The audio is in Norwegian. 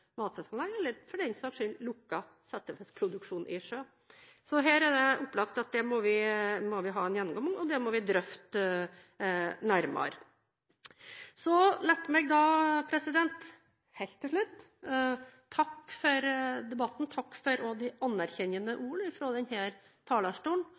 matfisk, eller for den saks skyld lukket settefiskproduksjon i sjøen. Her er det opplagt at vi må ha en gjennomgang og drøfte det nærmere. Så la meg til slutt takke for debatten og takke for de anerkjennende ord fra denne talerstolen.